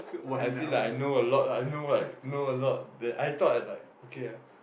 I feel like I know a lot lah I know like know a lot that I thought I like okay ah